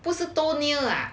不是都 near 了